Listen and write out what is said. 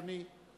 אדוני.